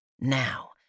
Now